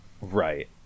Right